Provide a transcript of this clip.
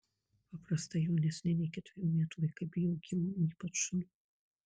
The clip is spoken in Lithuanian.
paprastai jaunesni nei ketverių metų vaikai bijo gyvūnų ypač šunų